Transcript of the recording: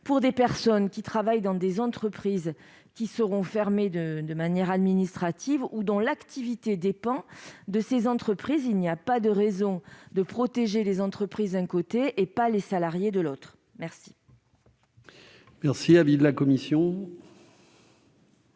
pour des personnes qui travaillent dans des entreprises qui seront fermées de manière administrative ou dont l'activité dépend de ces entreprises. Il n'y a pas de raison de protéger les entreprises et pas les salariés. Quel est l'avis